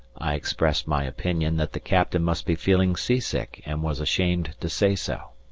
i expressed my opinion that the captain must be feeling sea-sick and was ashamed to say so.